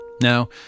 Now